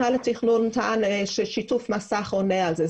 מינהל התכנון טען ששיתוף מסך עונה על זה,